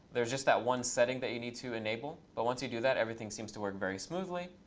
there's just that one setting that you need to enable. but once you do that, everything seems to work very smoothly.